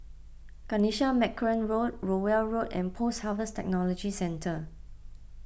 Kanisha Marican Road Rowell Road and Post Harvest Technology Centre